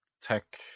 tech